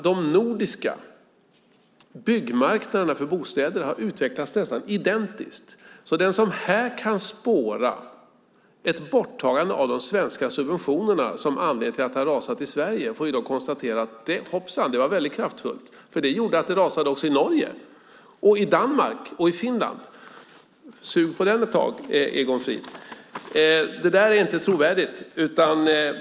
De nordiska byggmarknaderna för bostäder har utvecklats nästan identiskt. Den som här kan spåra ett borttagande av subventionerna som anledning till att det har rasat i Sverige får konstatera: Hoppsan, det var väldigt kraftfullt! Det gjorde att det rasade också i Norge, Danmark och Finland. Sug på den ett tag, Egon Frid! Det där är inte trovärdigt.